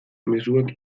mezuak